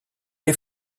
les